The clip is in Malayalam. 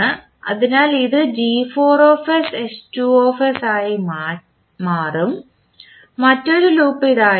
അതിനാൽ ഇത് ആയി മാറും മറ്റൊരു ലൂപ്പ് ഇതായിരിക്കാം